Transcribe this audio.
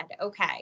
okay